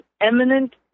eminent